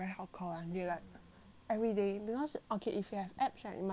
everyday because okay if you have abs right you must maintain everyday [one] you know